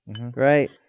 right